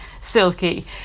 silky